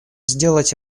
сделать